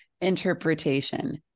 interpretation